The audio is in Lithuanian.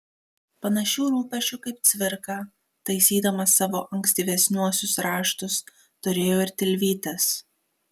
panašių rūpesčių kaip cvirka taisydamas savo ankstyvesniuosius raštus turėjo ir tilvytis